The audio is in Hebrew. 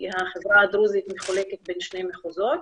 כי החברה הדרוזית מחולקת בין שני מחוזות.